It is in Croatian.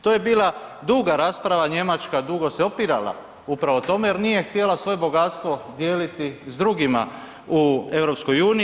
To je bila duga rasprava, Njemačka dugo se opirala upravo tome jer nije htjela svoje bogatstvo dijeliti s drugima u EU.